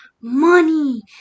Money